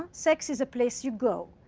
sex is a place you go.